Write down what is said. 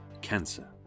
cancer